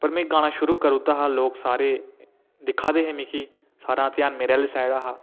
पर में गाना शुरु करी ओड़ेआ हा लोक सारे दिक्खै दे हे मिकी सारें दा ध्यान मेरे आह्ली साइ़ड़ हा